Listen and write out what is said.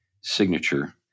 signature